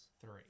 Three